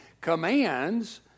commands